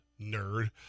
nerd